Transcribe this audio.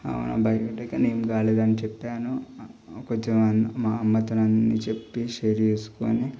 భయపడకే ఏం కాలేదని చెప్పాను కొంచెం మా అమ్మతోని అన్ని చెప్పి షేర్ చేసుకొని